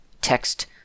text